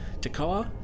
Takoa